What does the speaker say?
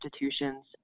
institutions